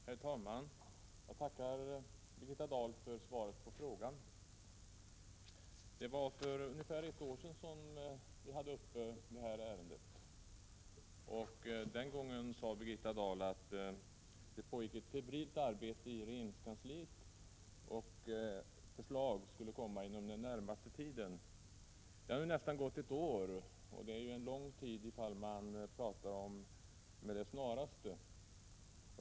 Herr talman! Jag tackar Birgitta Dahl för svaret på min fråga. Vi hade detta ärende uppe till diskussion för ungefär ett år sedan, och den gången sade Birgitta Dahl att det pågick ett febrilt arbete inom regeringskansliet och att förslag skulle komma inom den närmaste tiden. Nu har det gått nästan ett år, och det är med tanke på detta besked en lång tid.